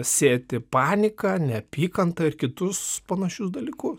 sėti paniką neapykantą ir kitus panašius dalykus